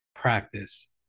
practice